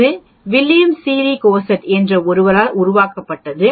இது William Sealy Gosset என்ற ஒருவரால் உருவாக்கப்பட்டது